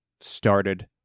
started